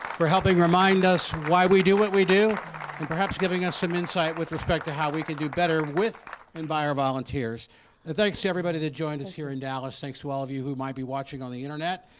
for helping remind us why we do what we do and perhaps giving us some insight with respect to how we can do better with and by our volunteers and thanks to everybody that joined us here in dallas, thanks to all of you who might be watching on the internet.